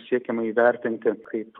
siekiama įvertinti kaip